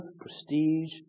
prestige